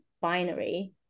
binary